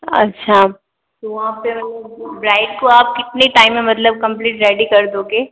अच्छा तो वहाँ पे वो ब्राइड को आप कितने टाइम में मतलब कंप्लीट रेडी कर दोगे